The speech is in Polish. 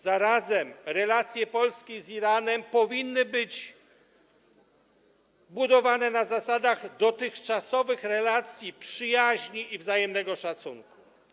Zarazem relacje Polski z Iranem powinny być budowane na zasadach dotychczasowych, relacji przyjaźni i wzajemnego szacunku.